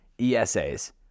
ESAs